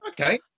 okay